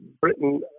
Britain